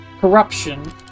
Corruption